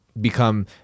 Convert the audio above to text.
become